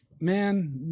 Man